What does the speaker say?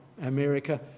America